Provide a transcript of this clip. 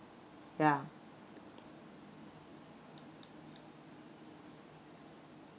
yeah